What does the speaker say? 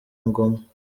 ngoma